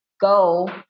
go